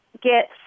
get